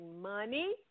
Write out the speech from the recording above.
money